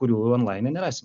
kurių onlaine nerasi